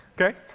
Okay